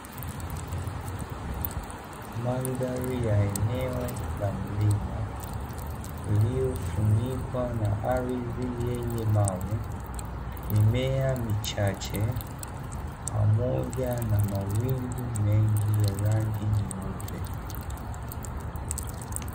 Mandhari ya eneo la mlima, lililofunikwa na ardhi yenye mawe, mimea michache pamoja na mawingu mengi ya rangi nyeupe.